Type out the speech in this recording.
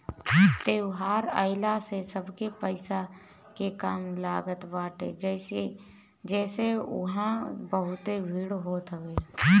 त्यौहार आइला से सबके पईसा के काम लागत बाटे जेसे उहा बहुते भीड़ होत हवे